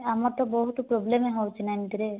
ଆମର ତ ବହୁତ ପ୍ରୋବ୍ଲେମ ହେଉଛି ନାଁ ଏମିତି ରେ